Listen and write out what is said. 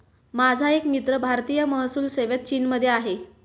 माझा एक मित्र भारतीय महसूल सेवेत चीनमध्ये आहे